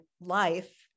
life